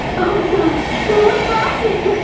oh my gosh! no one's laughing!